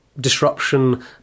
disruption